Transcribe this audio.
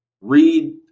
Read